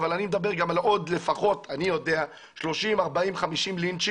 אבל אני מדבר גם על עוד לפחות אני יודע על לפחות 30,40,50 לינצ'ים,